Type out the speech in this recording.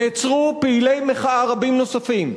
נעצרו פעילי מחאה רבים נוספים,